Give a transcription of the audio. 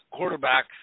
quarterbacks